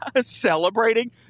celebrating